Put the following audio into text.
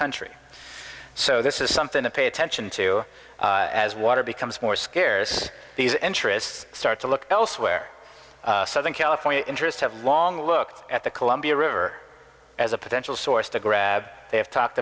country so this is something to pay attention to as water becomes more scarce these entrants start to look elsewhere southern california interests have long looked at the columbia river as a potential source to grab they have talked